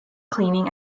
cleaning